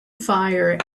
fire